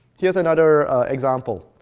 here's another example.